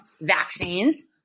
vaccines